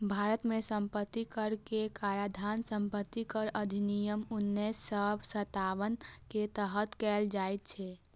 भारत मे संपत्ति कर के काराधान संपत्ति कर अधिनियम उन्नैस सय सत्तावन के तहत कैल गेल छै